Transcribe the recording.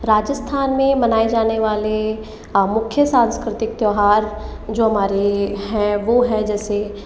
राजस्थान में मनाए जाने वाले मुख्य सांस्कृतिक त्योहार जो हमारे हैं वो हैं जैसे